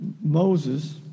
Moses